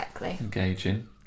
engaging